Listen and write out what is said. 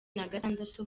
nagatandatu